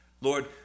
Lord